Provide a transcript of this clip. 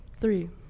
Three